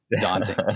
daunting